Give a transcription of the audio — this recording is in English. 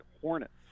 hornets